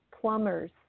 plumbers